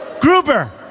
Gruber